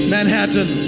Manhattan